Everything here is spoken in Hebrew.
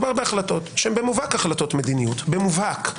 מדובר בהחלטות שהן במובהק החלטות מדיניות, במובהק,